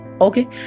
Okay